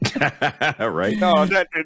Right